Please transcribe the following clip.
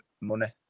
money